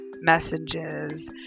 messages